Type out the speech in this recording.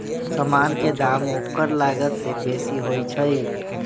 समान के दाम ओकर लागत से बेशी होइ छइ